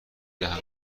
دهم